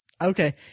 Okay